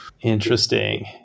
Interesting